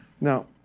Now